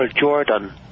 Jordan